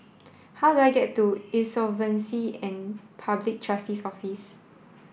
how do I get to Insolvency and Public Trustee's Office